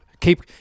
keep